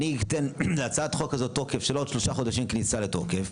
אני אתן להצעת החוק הזאת תוקף של עוד שלושה חודשים כניסה לתוקף,